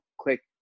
click